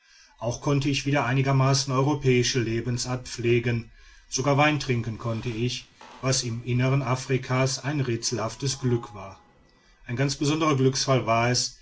auch konnte ich wieder einigermaßen europäische lebensart pflegen sogar wein trinken konnte ich was im innern afrikas ein rätselhaftes glück war ein ganz besonderer glücksfall war es